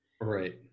Right